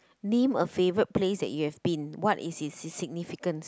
name a favourite place that you have been what is its significance